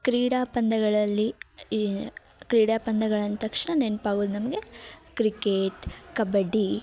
ಕ್ರೀಡಾ ಪಂದ್ಯಗಳಲ್ಲಿ ಈ ಕ್ರೀಡಾ ಪಂದ್ಯಗಳಂದ ತಕ್ಷಣ ನೆನ್ಪಾಗೋದು ನಮಗೆ ಕ್ರಿಕೇಟ್ ಕಬಡ್ಡಿ